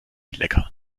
lecker